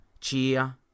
cheer